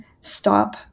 stop